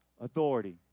authority